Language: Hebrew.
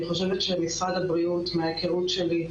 אני חושבת שמשרד הבריאות מההיכרות שלי,